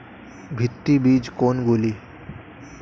ভিত্তি বীজ কোনগুলি?